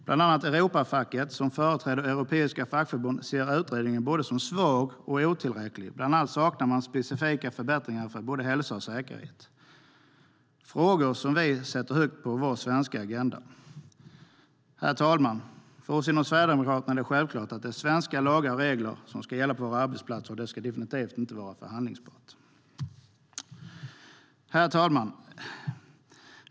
Bland andra Europafacket, som företräder europeiska fackförbund, ser utredningen som både svag och otillräcklig. Man saknar bland annat specifika förbättringar för både hälsa och säkerhet, frågor som vi sätter högt på vår svenska agenda. Herr talman! För Sverigedemokraterna är det självklart att det är svenska lagar och regler som ska gälla på våra arbetsplatser. Det ska definitivt inte vara förhandlingsbart. Herr talman!